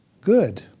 good